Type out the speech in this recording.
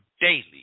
daily